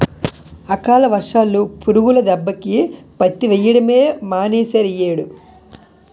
అకాల వర్షాలు, పురుగుల దెబ్బకి పత్తి వెయ్యడమే మానీసేరియ్యేడు